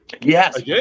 yes